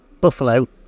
Buffalo